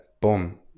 boom